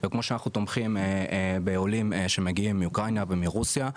וכמו שאנחנו תומכים בעולים שמגיעים מאוקראינה ומרוסיה,